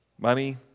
money